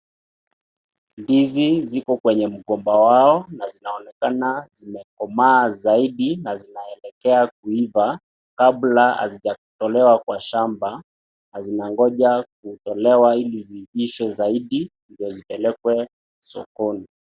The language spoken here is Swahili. Ndizi ziko kwenye mgomba wao na zinaonekana zimekomaa zaidi na zinaelekea kuiva kabla hazijatolewa kwa shamba. Zinangoja kutolewa ili zii ivishwe zaidi ndio zipelekwe sokoni.